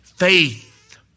Faith